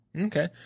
Okay